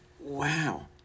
Wow